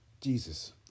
Jesus